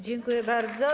Dziękuję bardzo.